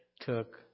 took